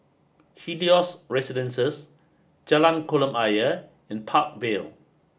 Helios Residences Jalan Kolam Ayer and Park Vale